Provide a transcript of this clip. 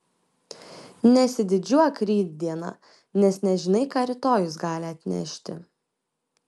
nesididžiuok rytdiena nes nežinai ką rytojus gali atnešti